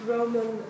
Roman